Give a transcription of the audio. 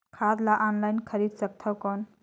खाद ला ऑनलाइन खरीदे सकथव कौन?